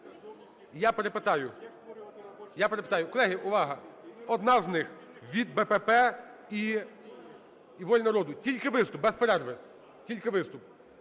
Я перепитаю. Колеги, увага! Одна з них – від БПП і "Волі народу". Тільки виступ, без перерви? Тільки виступ.